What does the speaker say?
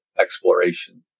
exploration